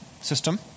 system